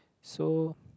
so